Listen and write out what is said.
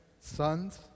sons